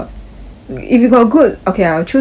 if you got good okay I'll choose good looks